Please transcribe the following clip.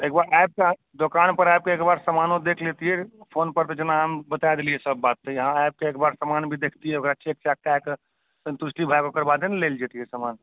एकबार अबि कऽ दुकान पर अबि कऽ समानो देखि लेतियै फोन पर तऽ जेना हम बता देलियै सब बात तऽ यहाँ आबि कऽ समान भी देखतियै ओकरा चेक चैक कऽ क सतुष्टि भऽ जेतियै ओकर बादे ने लेल जेतियै समान